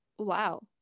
wow